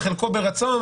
וחלקו ברצון,